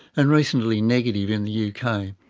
and recently negative in the uk. kind of